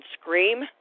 scream